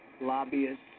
Lobbyists